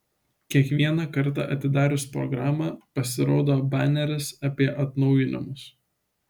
kiekvieną kartą atidarius programą pasirodo baneris apie atnaujinimus